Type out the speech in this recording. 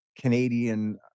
Canadian